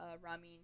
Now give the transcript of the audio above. Ramin